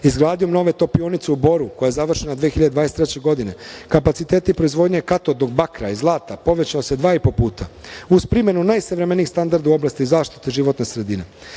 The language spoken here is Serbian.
nove topionice u Boru, koja je završena 2023. godine, kapaciteti proizvodnje katodnog bakra i zlata se povećao dva i po puta. Uz primenu najsavremenijih standarda u oblasti zaštite životne sredine